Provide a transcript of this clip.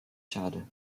schade